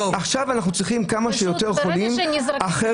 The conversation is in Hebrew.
עכשיו אנחנו צריכים כמה שיותר חולים אחרת